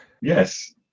Yes